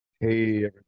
Hey